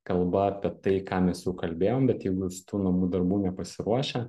kalba apie tai ką mes jau kalbėjom bet jeigu jūs tų namų darbų nepasiruošę